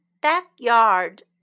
backyard